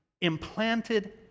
implanted